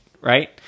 right